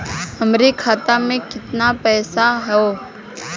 हमरे खाता में कितना पईसा हौ?